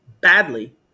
badly